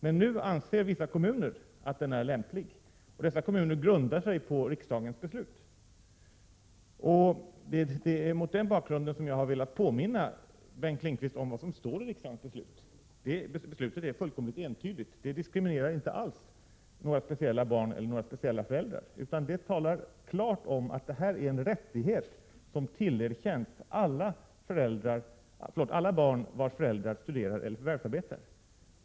Men nu anser vissa kommuner att den är lämplig, och dessa kommuner grundar sig på riksdagens beslut. Det är mot den bakgrunden jag har velat påminna Bengt Lindqvist om vad som står i riksdagens beslut. Beslutet är fullkomligt entydigt och diskriminerar inte alls några speciella barn eller några speciella föräldrar, utan det talar klart om att detta är en rättighet som tillerkänns alla barn vars föräldrar studerar eller förvärvsarbetar.